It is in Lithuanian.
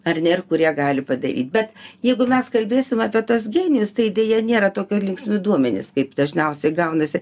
ar ne ir kurie gali padaryti bet jeigu mes kalbėsim apie tuos genijus tai deja nėra tokie linksmi duomenys kaip dažniausiai gaunasi